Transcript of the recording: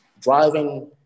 driving